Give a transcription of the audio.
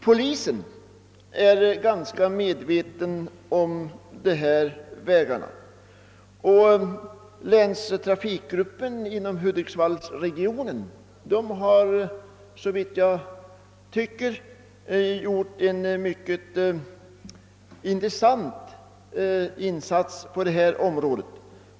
Polisen 'känner till dessa vägar, och länstrafikgruppen inom Hudiksvallsregionen har gjort en som jåg tycker mycket intressant insats på detta område.